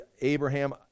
abraham